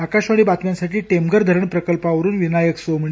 आकाशवाणी बातम्यांसाठी टेमघर धरण प्रकल्पावरून विनायक सोमणी